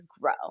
grow